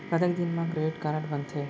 कतेक दिन मा क्रेडिट कारड बनते?